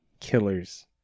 killers